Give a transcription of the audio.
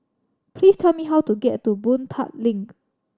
please tell me how to get to Boon Tat Link